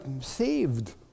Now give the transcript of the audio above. saved